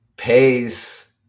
Pays